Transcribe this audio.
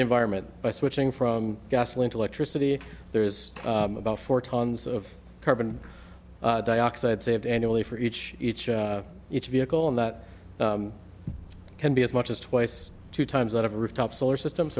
the environment by switching from gasoline to electricity there is about four tonnes of carbon dioxide saved annually for each each each vehicle and that can be as much as twice two times that of a rooftop solar system